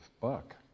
Buck